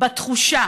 בתחושה